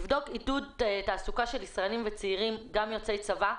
נבדוק עידוד תעסוקה של ישראלים וצעירים גם יוצאי צבא,